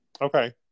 Okay